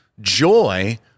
joy